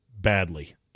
badly